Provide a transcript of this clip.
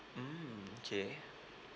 mm K